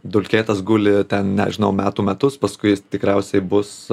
dulkėtas guli ten nežinau metų metus paskui jis tikriausiai bus